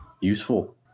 useful